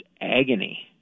Agony